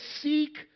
seek